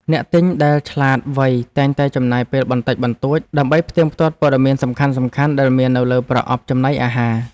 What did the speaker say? អ្នកទិញដែលឆ្លាតវៃតែងតែចំណាយពេលបន្តិចបន្តួច ដើម្បីផ្ទៀងផ្ទាត់ព័ត៌មានសំខាន់ៗដែលមាននៅលើប្រអប់ចំណីអាហារ។